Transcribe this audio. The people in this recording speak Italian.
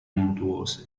montuose